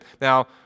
Now